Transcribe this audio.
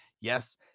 Yes